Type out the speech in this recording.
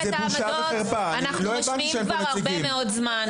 את העמדות אנחנו משמיעים כבר הרבה מאוד זמן.